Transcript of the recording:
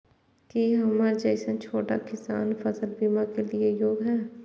की हमर जैसन छोटा किसान फसल बीमा के लिये योग्य हय?